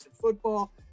football